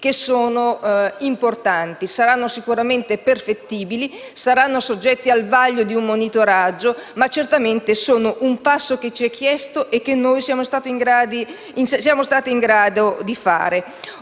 contenuti importanti. Saranno sicuramente perfettibili, saranno soggetti al vaglio di un monitoraggio, ma certamente sono un passo che ci è stato chiesto e che noi siamo stati in grado di fare.